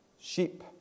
sheep